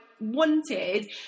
wanted